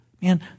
Man